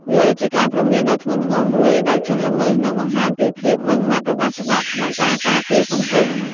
វាជាការព្រមានដ៏ធ្ងន់ធ្ងរមួយដល់ជនល្មើស និងបង្ហាញពីភាពម៉ឺងម៉ាត់របស់ច្បាប់ក្នុងការការពារសង្គម។